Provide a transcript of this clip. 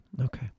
okay